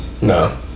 No